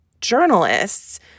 journalists